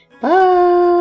bye